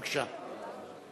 בבקשה.